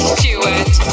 Stewart